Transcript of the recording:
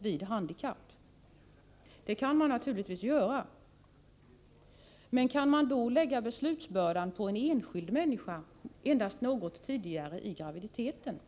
vid handikapp. Det är naturligtvis möjligt. Men kan man då lägga beslutsbördan på en enskild människa endast något tidigare i graviditeten?